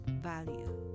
value